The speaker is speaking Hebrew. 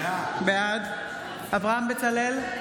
בעד אברהם בצלאל,